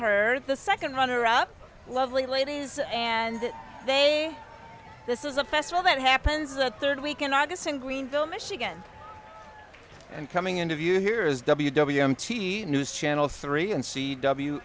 heard the second runner up lovely ladies and they this is a festival that happens the third week in august in greenville michigan and coming into view here is w w m t v news channel three and c